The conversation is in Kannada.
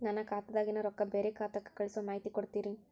ನನ್ನ ಖಾತಾದಾಗಿನ ರೊಕ್ಕ ಬ್ಯಾರೆ ಖಾತಾಕ್ಕ ಕಳಿಸು ಮಾಹಿತಿ ಕೊಡತೇರಿ?